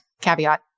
Caveat